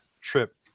trip